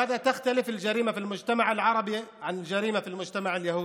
(אומר בערבית: במה שונה הפשע בחברה הערבית מהפשע בחברה היהודית?